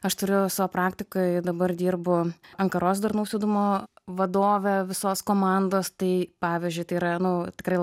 aš turiu savo praktikoj dabar dirbu ankaros darnaus judumo vadove visos komandos tai pavyzdžiui tai yra nu tikrai